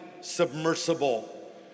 submersible